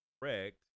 correct